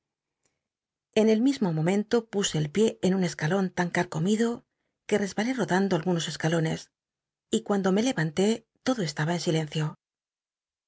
en el mismo momento puse el pié en un cscalon tan catcomido ue resbalé rodando algunas escalones y cuando me levanté lodo estaba en silencio